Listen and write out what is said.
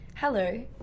Hello